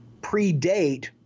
predate